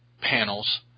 panels